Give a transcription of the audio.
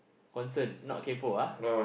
concern not kaypoh ah